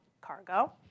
cargo